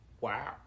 wow